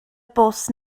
bws